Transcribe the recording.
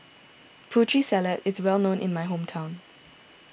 Putri Salad is well known in my hometown